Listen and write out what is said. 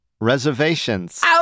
Reservations